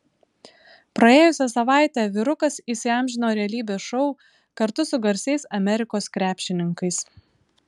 praėjusią savaitę vyrukas įsiamžino realybės šou kartu su garsiais amerikos krepšininkais